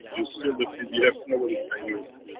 you seal the pdf nobody can use it.